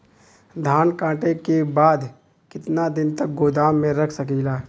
धान कांटेके बाद कितना दिन तक गोदाम में रख सकीला?